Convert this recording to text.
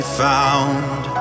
found